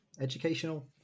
educational